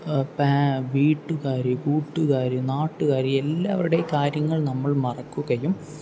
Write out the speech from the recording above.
വീട്ടുകാര് കൂട്ടുകാര് നാട്ടുകാര് എല്ലാവരുടേയും കാര്യങ്ങൾ നമ്മൾ മറക്കുകയും